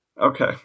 okay